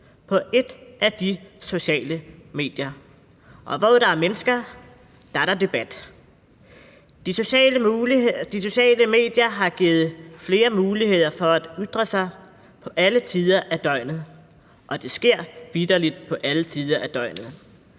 på et af de sociale medier. Og hvor der er mennesker, er der debat. De sociale medier har givet flere muligheder for at ytre sig på alle tider af døgnet, og det sker vitterlig på alle tider af døgnet.